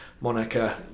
Monica